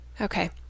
Okay